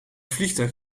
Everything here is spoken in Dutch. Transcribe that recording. vliegtuig